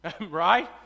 right